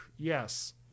Yes